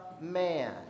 man